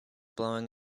blowing